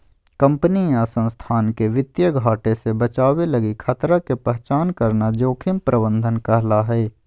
company या संस्थान के वित्तीय घाटे से बचावे लगी खतरा के पहचान करना जोखिम प्रबंधन कहला हय